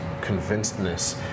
convincedness